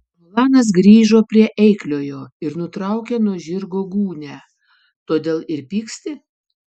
rolandas grįžo prie eikliojo ir nutraukė nuo žirgo gūnią todėl ir pyksti